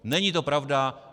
Není to pravda.